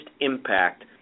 impact